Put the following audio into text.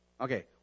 Okay